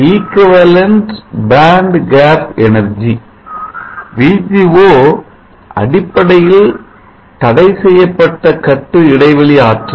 VGO அடிப்படையில் தடைசெய்யப்பட்ட கட்டு இடைவெளி ஆற்றல்